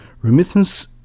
Remittance